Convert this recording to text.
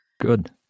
Good